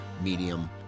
medium